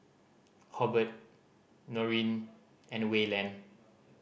Hobert Norene and Wayland